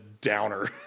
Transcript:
downer